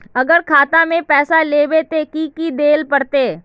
अगर खाता में पैसा लेबे ते की की देल पड़ते?